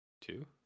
Two